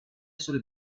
sulle